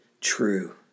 true